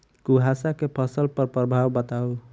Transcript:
कुहासा केँ फसल पर प्रभाव बताउ?